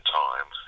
time